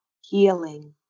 healing